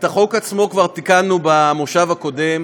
את החוק עצמו כבר תיקנו במושב הקודם,